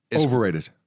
overrated